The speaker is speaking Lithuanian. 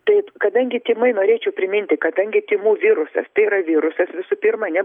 taip kadangi tymai norėčiau priminti kadangi tymų virusas tai yra virusas visų pirma ne